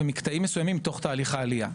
ומקטעים מסוימים תוך תהליך העלייה.